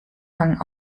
hang